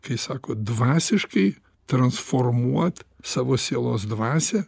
kai sako dvasiškai transformuot savo sielos dvasią